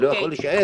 אני לא יכול להישאר.